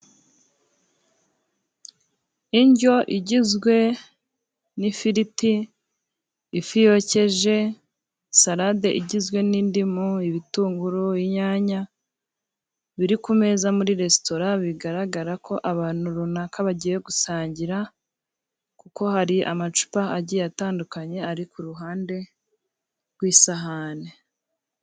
Indyo igizwe n'ifiriti, ifi yokeje, salade igizwe n'indimu, ibitunguru, inyanya biri ku meza muri resitora. Bigaragara ko abantu runaka bagiye gusangira kuko hari amacupa agiye atandukanye ari ku ruhande rw'isahani.